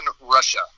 Russia